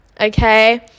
okay